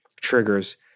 triggers